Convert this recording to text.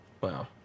wow